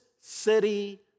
city